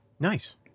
Nice